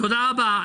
תודה רבה.